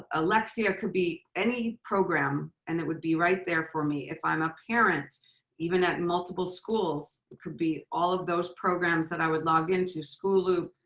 ah lexia, could be any program, and it would be right there for me. if i'm a parent even at multiple schools, it could be all of those programs that i would log into, school loop,